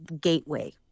gateway